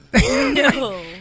No